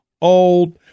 old